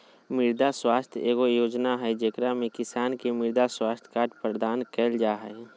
मृदा स्वास्थ्य एगो योजना हइ, जेकरा में किसान के मृदा स्वास्थ्य कार्ड प्रदान कइल जा हइ